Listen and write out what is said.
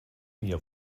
mir